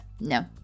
No